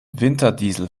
winterdiesel